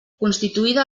constituïda